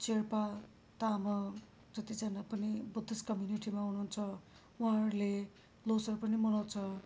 शेर्पा तामाङ जतिजना पनि बुद्धिस्ट कम्युनिटीमा हुनुहुन्छ उहाँहरूले लोसर पनि मनाउँछ